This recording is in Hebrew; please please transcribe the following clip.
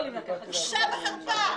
בושה וחרפה.